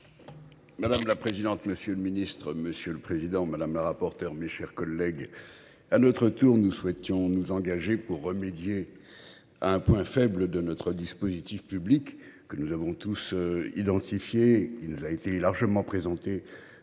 Madame la présidente, monsieur le ministre, monsieur le président, madame la rapporteure, mes chers collègues. À notre tour, nous souhaitons nous engager pour remédier. À un point faible de notre dispositif public que nous avons tous identifiés. Il nous a été largement présentée